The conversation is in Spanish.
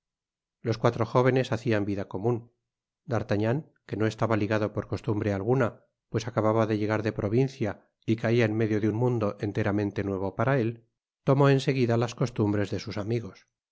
los cuatro jóvenes hacian vida comun d'artagnan que no estaba ligado por costumbre alguna pues acababa de llegar de provincia y caia en medio de un mundo enteramente nuevo para él tomó en seguida las costumbres de sus amigos